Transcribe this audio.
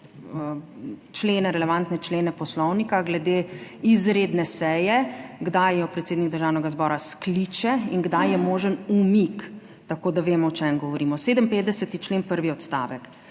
relevantne člene Poslovnika glede izredne seje, kdaj jo predsednik Državnega zbora skliče in kdaj je možen umik, tako, da vemo o čem govorimo. 57. Člen, prvi odstavek: